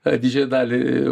a didžiąją dalį